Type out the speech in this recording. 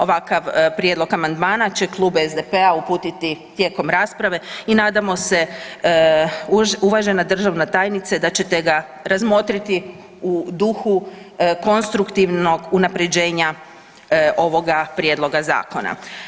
Ovakav prijedlog amandmana će Klub SDP-a uputiti tijekom rasprave i nadamo se uvažena državna tajnice da ćete ga razmotriti u duhu konstruktivnog unaprjeđenja ovoga prijedloga zakona.